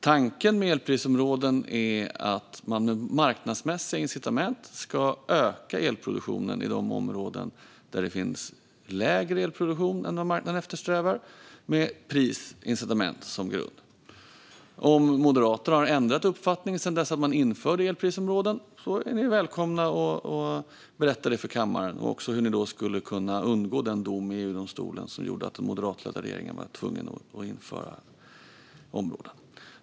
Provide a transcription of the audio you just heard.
Tanken med elprisområden är att man med marknadsmässiga incitament ska öka elproduktionen i de områden där det finns lägre elproduktion än vad marknaden eftersträvar med prisincitament som grund. Om Moderaterna har ändrat uppfattning sedan man införde elprisområden är de välkomna att berätta det för kammaren och även hur man skulle kunna undgå den dom i EU-domstolen som gjorde att den moderatledda regeringen var tvungen att införa elprisområden.